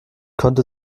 konnte